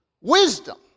Wisdom